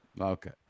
Okay